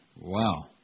Wow